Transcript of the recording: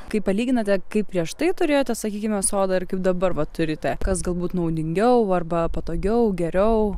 kai palyginate kaip prieš tai turėjote sakykime sodą ir kaip dabar va turite kas galbūt naudingiau arba patogiau geriau